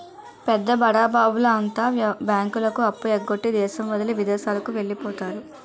పెద్ద బడాబాబుల అంతా బ్యాంకులకు అప్పు ఎగ్గొట్టి దేశం వదిలి విదేశాలకు వెళ్లిపోతారు